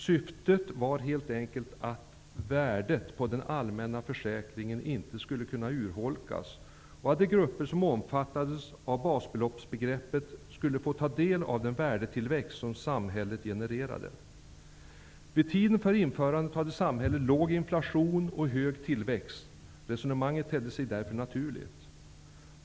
Syftet var helt enkelt att värdet på den allmänna försäkringen inte skulle kunna urholkas, och att de grupper som omfattades av basbeloppsbegreppet skulle få ta del av den värdetillväxt som samhället genererade. Vid tiden för införandet hade samhället låg inflation och hög tillväxt. Resonemanget tedde sig därför naturligt.